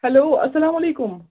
hello اسلام علیکُم